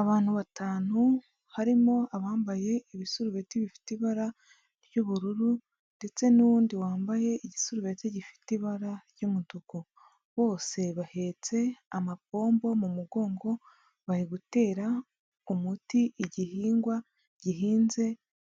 Abantu batanu harimo abambaye ibisurubeti bifite ibara ry'ubururu ndetse n'uwundi wambaye igisurubeti gifite ibara ry'umutuku, bose bahetse amapombo mu mugongo, bari gutera umuti igihingwa gihinze